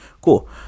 Cool